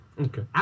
Okay